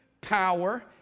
power